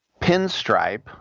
Pinstripe